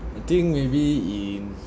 I think maybe in